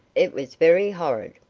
it was very horrid.